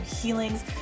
healings